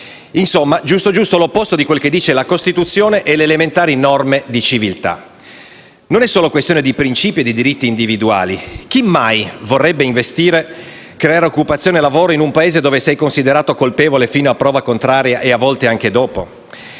Insomma, giusto l'opposto di quello che dicono la Costituzione e le elementari norme di civiltà. Non è solo questione di principi e di diritti individuali. Chi mai vorrebbe investire, creare occupazione e lavoro in un Paese dove sei considerato colpevole fino a prova contraria e a volte anche dopo?